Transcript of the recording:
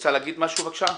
רוצה להגיד משהו בבקשה?